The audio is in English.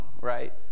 right